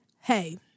hey